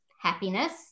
happiness